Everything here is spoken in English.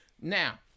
Now